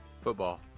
football